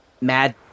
Mad